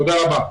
תודה רבה.